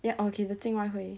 ya okay the 竞卖会